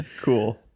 Cool